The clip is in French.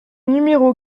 numéro